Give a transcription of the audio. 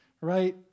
right